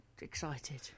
excited